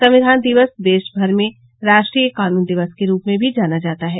संक्षिन दिक्स देशभर में राष्ट्रीय कानून दिवस के रूप में भी जाना जाता है